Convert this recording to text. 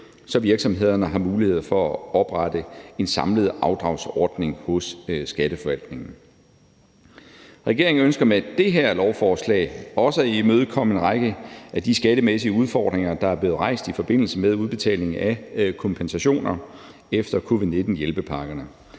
så virksomhederne har muligheder for at oprette en samlet afdragsordning hos skatteforvaltningen. Regeringen ønsker med det her lovforslag også at imødekomme en række af de skattemæssige udfordringer, der er blevet rejst i forbindelse med udbetalingen af kompensationer efter covid-19-hjælpepakkerne.